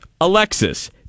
alexis